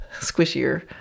squishier